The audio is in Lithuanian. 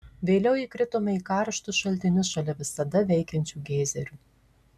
vėliau įkritome į karštus šaltinius šalia visada veikiančių geizerių